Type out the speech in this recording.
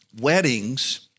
Weddings